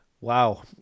Wow